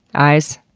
eyes,